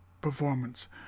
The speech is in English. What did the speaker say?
performance